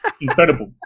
Incredible